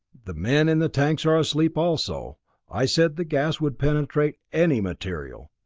the men in the tanks are asleep also i said the gas would penetrate any material.